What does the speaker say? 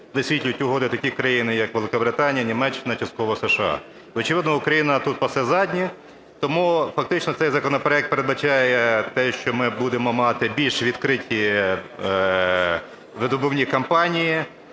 висвітлюють угоди такі країни, як Великобританія, Німеччина, частково США. Очевидно Україна тут пасе задніх. Тому фактично цей законопроект передбачає те, що ми будемо мати більш відкриті видобувні компанії.